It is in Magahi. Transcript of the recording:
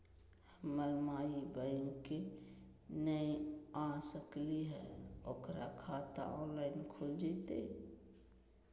हमर माई बैंक नई आ सकली हई, ओकर खाता ऑनलाइन खुल जयतई?